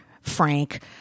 Frank